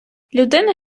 людина